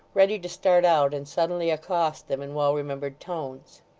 ready to start out and suddenly accost them in well-remembered tones.